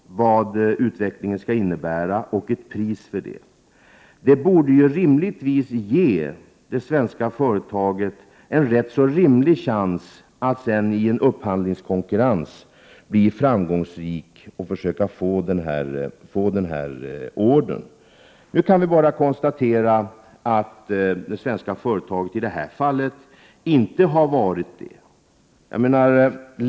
1988/89:123 skall innebära och man fastställer ett pris för det. Det borde rimligtvis ge det 29 maj 1989 svenska företaget en rimlig chans att bli framgångsrikt i upphandlingskon Om inköp av unikurrensen. Nu kan vi bara konstatera att det svenska företaget i det här fallet ag 5 Il inte har klarat det.